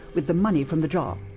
with the money from the jar.